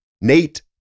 Nate